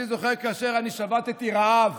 אני זוכר שכאשר אני שבתי רעב